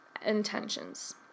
intentions